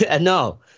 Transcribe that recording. No